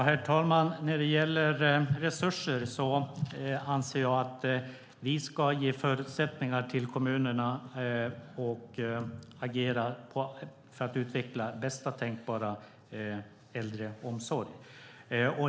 Herr talman! Jag anser att vi ska ge förutsättningar till kommunerna att utveckla bästa tänkbara äldreomsorg.